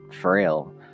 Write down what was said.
frail